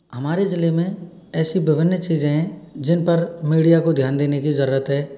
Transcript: हमारे जिले में ऐसी विभिन्न चीज़ें जिन पर मीडिया को ध्यान देने की जरूरत है